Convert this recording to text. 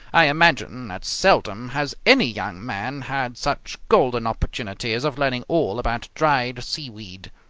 i imagine that seldom has any young man had such golden opportunities of learning all about dried seaweed.